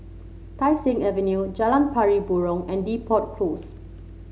Tai Seng Avenue Jalan Pari Burong and Depot Close